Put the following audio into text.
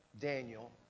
Daniel